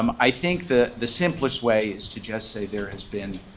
um i think that the simplest way is to just say there has been,